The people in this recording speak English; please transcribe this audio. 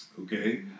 Okay